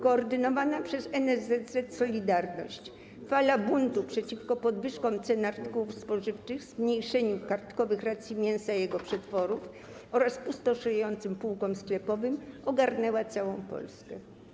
Koordynowana przez NSZZ 'Solidarność' fala buntu przeciwko podwyżkom cen artykułów spożywczych, zmniejszeniu kartkowych racji mięsa i jego przetworów oraz pustoszejącym półkom sklepowym ogarnęła całą Polskę.